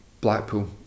Blackpool